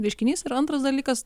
reiškinys ir antras dalykas